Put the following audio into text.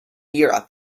europe